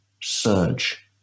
surge